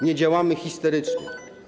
Nie działamy histerycznie.